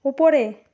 উপরে